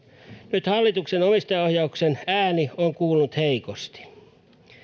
nyt hallituksen omistajaohjauksen ääni on kuulunut heikosti